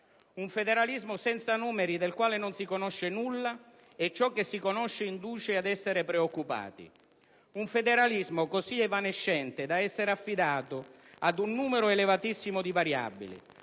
un federalismo senza numeri, del quale non si conosce nulla, e ciò che si conosce induce ad essere preoccupati; un federalismo così evanescente da essere affidato ad un numero elevatissimo di variabili: